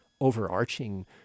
overarching